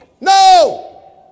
No